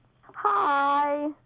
Hi